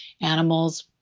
animals